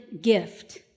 gift